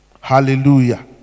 Hallelujah